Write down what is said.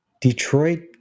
Detroit